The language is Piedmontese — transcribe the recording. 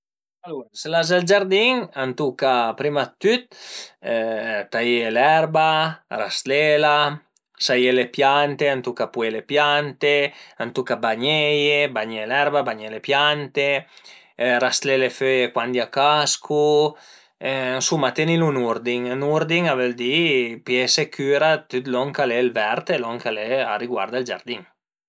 Alura se l'as ël giardin a tuca prima dë tüt taiè l'erba, rastlela, s'a ie le piante, a tuca pué le piante, a tuca bagneie, bagné l'erba, bagné le piante, rastlé le föie cuandi a cascu, ënsuma tenilu ën urdin, ën urdin a völ di pìese cüra dë tüt lon ch'al e ël vert, tüt lon ch'a riguarda ël giardin